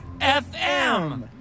FM